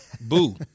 Boo